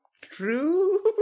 true